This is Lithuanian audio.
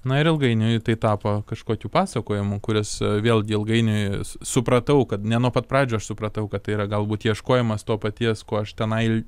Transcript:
na ir ilgainiui tai tapo kažkokiu pasakojamu kuris vėlgi ilgainiui supratau kad ne nuo pat pradžių aš supratau kad tai yra galbūt ieškojimas to paties ko aš tenai